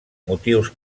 motius